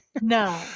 No